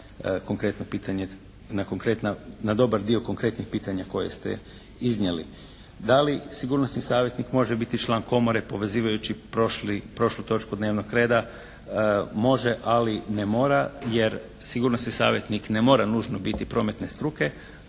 na dobar dio konkretnih pitanja koje ste iznijeli. Da li sigurnosni savjetnik može biti član komore povezujući prošlu točku dnevnog reda. Može, ali ne mora jer sigurnosni savjetnik ne mora nužno biti prometne struke,